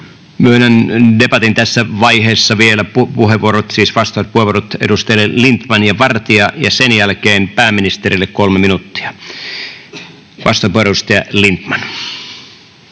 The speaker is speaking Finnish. Myönnän debatin tässä vaiheessa vielä vastauspuheenvuorot edustajille Lindtman ja Vartia ja sen jälkeen pääministerille 3 minuuttia. Arvoisa puhemies! Siitä asti, kun